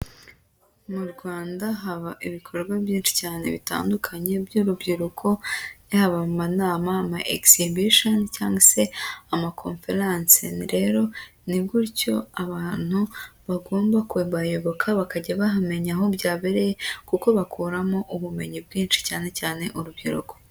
Mu Rwanda haba ibikorwa byinshi cyane bitandukanye by'urubyiruko yaba mu manama, ama exhibtion cyangwa se ama conference. Rero ni gutyo abantu bagomba kubayoboka bakajya bahamenya aho byabereye kuko bakuramo ubumenyi bwinshi cyane cyane urubyiruko.